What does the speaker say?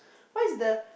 why is the